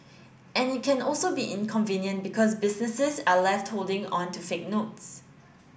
and it can also be inconvenient because businesses are left holding on to fake notes